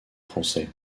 français